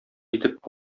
итеп